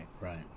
right